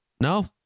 no